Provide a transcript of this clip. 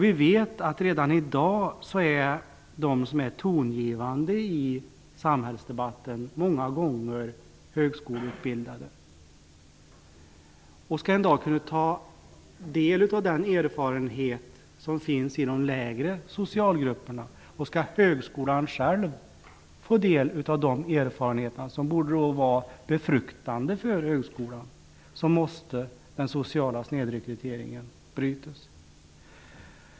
Vi vet att redan i dag är de som är tongivande i samhällsdebatten många gånger högskoleutbildade. Skall de kunna ta del av den erfarenhet som finns hos de lägre socialgrupperna och skall högskolan själv få del av de erfarenheterna, som ju borde vara befruktande för högskolan, måste den sociala snedrekryteringen brytas.